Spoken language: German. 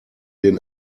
den